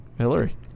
Hillary